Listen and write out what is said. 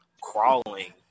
crawling